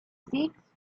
seats